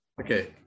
Okay